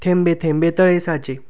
थेंबे थेंबे तळे साचे